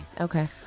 Okay